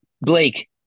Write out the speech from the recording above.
Blake